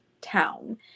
town